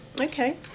okay